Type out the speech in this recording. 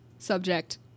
subject